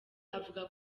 avuga